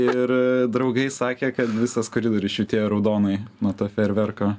ir draugai sakė kad visas koridorius švytėjo raudonai nuo to fejerverko